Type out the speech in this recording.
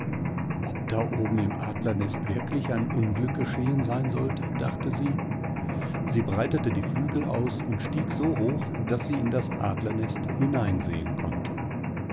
ob da oben im adlernest wirklich ein unglück geschehen sein sollte dachte sie sie breitete die flügel aus und stiegsohoch daßsieindasadlernesthineinsehenkonnte daobenentdecktesienichtsvondemadlerpaar indemganzennestwarnur einhalbnacktesjunges dasdalagundnachnahrungschrie akkasenktesichlangsamundzögerndzudemadlerhorsthinab eswarein unheimlicher ort man konnte